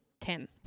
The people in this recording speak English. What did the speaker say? Ten